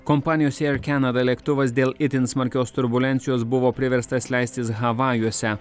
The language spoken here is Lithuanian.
kompanijos ier kenada lėktuvas dėl itin smarkios turbulencijos buvo priverstas leistis havajuose